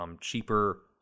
cheaper